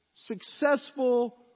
successful